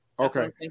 Okay